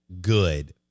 good